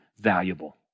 valuable